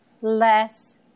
less